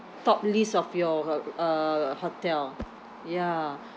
top list of your hu~ uh hotel ya